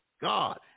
God